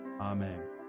Amen